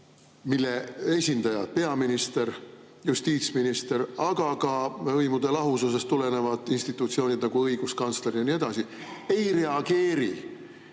mille esindajad, nagu peaminister, justiitsminister, aga ka võimude lahususest tulenevad institutsioonid, nagu õiguskantsler ja nii edasi, ei reageeri.